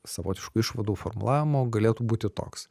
savotiškų išvadų formulavimo galėtų būti toks